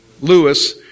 Lewis